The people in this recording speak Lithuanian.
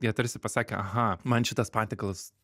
jie tarsi pasakė aha man šitas patiekalas